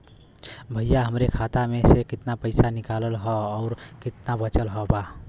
भईया हमरे खाता मे से कितना पइसा निकालल ह अउर कितना बचल बा?